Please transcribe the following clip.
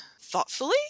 thoughtfully